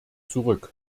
zurück